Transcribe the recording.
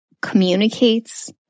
communicates